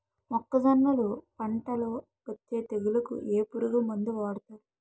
మొక్కజొన్నలు పంట లొ వచ్చే తెగులకి ఏ పురుగు మందు వాడతారు?